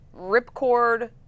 ripcord